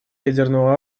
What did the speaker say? ядерного